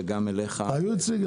וגם אליך --- היו גם אצלי,